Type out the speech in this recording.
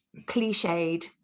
cliched